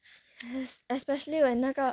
especially when 那个